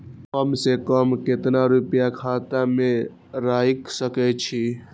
कम से कम केतना रूपया खाता में राइख सके छी?